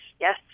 yes